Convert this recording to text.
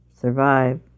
survive